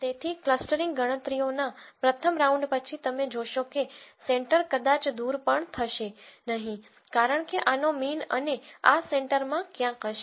તેથી ક્લસ્ટરીંગ ગણતરીઓના પ્રથમ રાઉન્ડ પછી તમે જોશો કે સેન્ટર કદાચ દૂર પણ થશે નહીં કારણ કે આનો મીન અને આ સેન્ટર માં ક્યાંક હશે